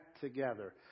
together